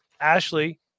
Ashley